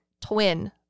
twin